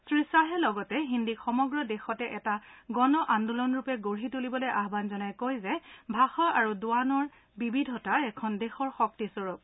শ্ৰীখাহে লগতে হিন্দীক সমগ্ৰ দেশতে এটা গণ আন্দোলনৰূপে গঢ়ি তুলিবলৈ আহান জনাই কয় যে ভাষা আৰু দোৱানৰ বিবিধতা এখন দেশৰ শক্তিস্বৰূপ